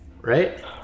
right